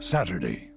Saturday